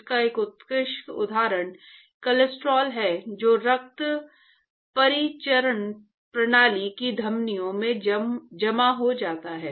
इसका एक उत्कृष्ट उदाहरण कोलेस्ट्रॉल है जो रक्त परिसंचरण प्रणाली की धमनियों में जमा हो जाता है